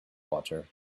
water